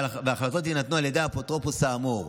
וההחלטות יינתנו על ידי האפוטרופוס האמור.